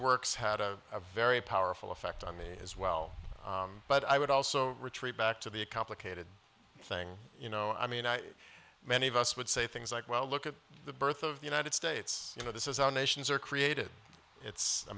works had a very powerful effect on me as well but i would also retreat back to be a complicated thing you know i mean i many of us would say things like well look at the birth of the united states you know this is our nations are created it's a